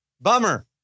bummer